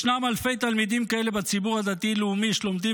ישנם אלפי תלמידים כאלה בציבור הדתי-לאומי שלומדים